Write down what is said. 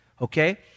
Okay